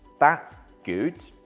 that's good,